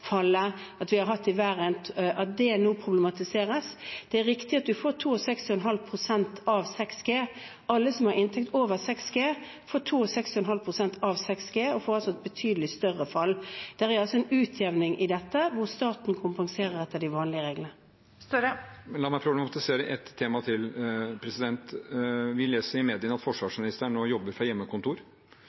at det nå problematiseres. Det er riktig at man får 62,5 pst. av 6 G. Alle som har inntekt over 6 G, får 62,5 pst. av 6 G, og får altså et betydelig større fall. Det er altså en utjevning i dette, der staten kompenserer etter de vanlige reglene. Jonas Gahr Støre – til oppfølgingsspørsmål. La meg problematisere ett tema til. Vi leser i media at forsvarsministeren nå jobber fra hjemmekontor.